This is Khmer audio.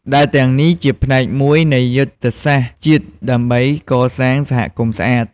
ដែលទាំងនេះជាផ្នែកមួយនៃយុទ្ធសាស្ត្រជាតិដើម្បីកសាងសហគមន៍ស្អាត។